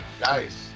Nice